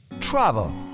Travel